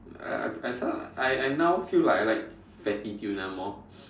uh it's not I I now feel like I like fatty tuna more